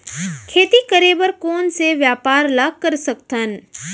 खेती करे बर कोन से व्यापार ला कर सकथन?